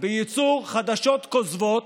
בייצור חדשות כוזבות,